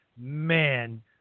man